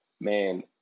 man